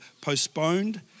postponed